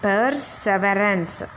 Perseverance